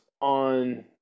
on